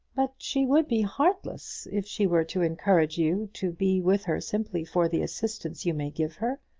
but she would be heartless if she were to encourage you to be with her simply for the assistance you may give her,